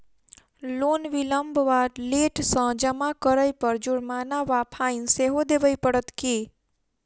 Loan विलंब वा late सँ जमा करै पर जुर्माना वा फाइन सेहो देबै पड़त की?